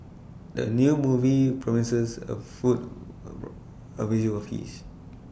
the new movie promises A food A visual feast